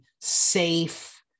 Safe